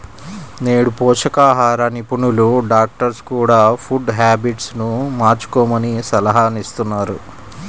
నేడు పోషకాహార నిపుణులు, డాక్టర్స్ కూడ ఫుడ్ హ్యాబిట్స్ ను మార్చుకోమని సలహాలిస్తున్నారు